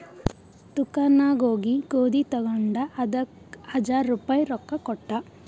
ದುಕಾನ್ ನಾಗ್ ಹೋಗಿ ಗೋದಿ ತಗೊಂಡ ಅದಕ್ ಹಜಾರ್ ರುಪಾಯಿ ರೊಕ್ಕಾ ಕೊಟ್ಟ